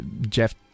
Jeff